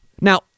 Now